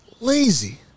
Lazy